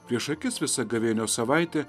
prieš akis visa gavėnios savaitė